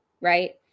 Right